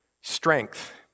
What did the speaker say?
Strength